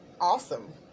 awesome